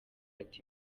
ati